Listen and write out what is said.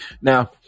Now